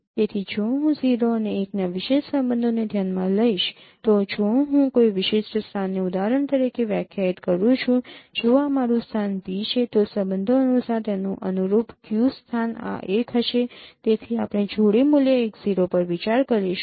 તેથી જો હું 0 અને 1 ના વિશેષ સંબંધોને ધ્યાનમાં લઈશ તો જો હું કોઈ વિશિષ્ટ સ્થાનને ઉદાહરણ તરીકે વ્યાખ્યાયિત કરું છું જો આ મારું સ્થાન p છે તો સંબંધો અનુસાર તેનું અનુરૂપ q સ્થાન આ એક હશે તેથી આપણે જોડી મૂલ્ય 1 0 પર વિચાર કરીશું